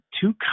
two